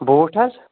بوٗٹھ حظ